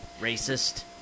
racist